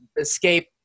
escape